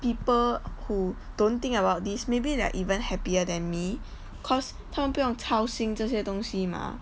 people who don't think about this maybe they're even happier than me cause 他们不用操心这些东西 mah